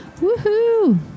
Woohoo